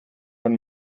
von